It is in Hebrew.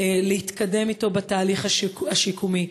להתקדם אתו בתהליך השיקומי.